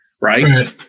right